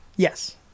Yes